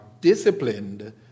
disciplined